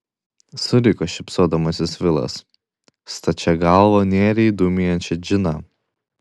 suriko šypsodamasis vilas stačia galva nėrei į dūmijančią džiną